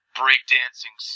breakdancing